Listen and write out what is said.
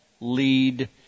lead